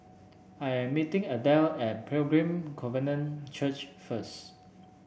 I am meeting Adelle at Pilgrim Covenant Church first